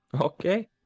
Okay